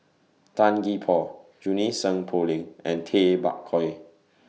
Tan Gee Paw Junie Sng Poh Leng and Tay Bak Koi